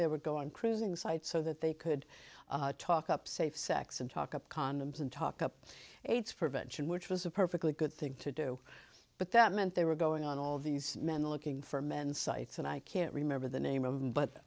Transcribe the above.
there would go on cruising sites so that they could talk up safe sex and talk about condoms and talk up aids prevention which was a perfectly good thing to do but that meant they were going on all these men looking for men sites and i can't remember the name of them but